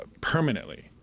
permanently